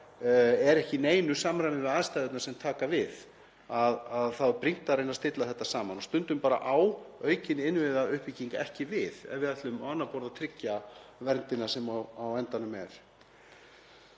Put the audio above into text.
er ekki í neinu samræmi við aðstæðurnar sem taka við þá er brýnt að reyna að stilla þetta saman og stundum á bara aukin innviðauppbygging ekki við ef við ætlum á annað borð að tryggja verndina sem á endanum er.